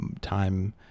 time